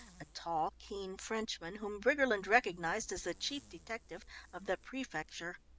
a tall, keen frenchman whom briggerland recognised as the chief detective of the prefecture.